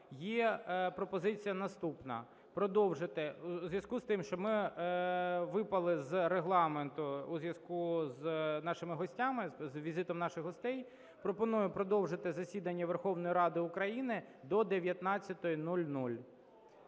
є пропозиція наступна: продовжити... у зв'язку з тим, що ми випали з Регламенту у зв'язку з нашими гостями, з візитом наших гостей, пропоную продовжити засідання Верховної Ради України до 19:00.